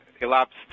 elapsed